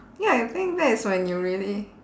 ya you think that is when you really